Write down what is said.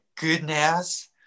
goodness